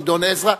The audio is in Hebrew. גדעון עזרא.